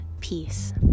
peace